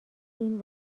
این